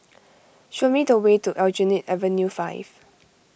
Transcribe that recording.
show me the way to Aljunied Avenue five